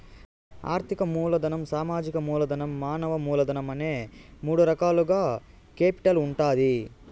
ఆర్థిక మూలధనం, సామాజిక మూలధనం, మానవ మూలధనం అనే మూడు రకాలుగా కేపిటల్ ఉంటాది